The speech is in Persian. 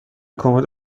کمد